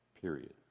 Period